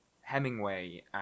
Hemingway